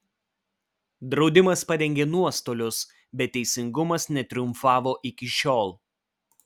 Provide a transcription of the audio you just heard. draudimas padengė nuostolius bet teisingumas netriumfavo iki šiol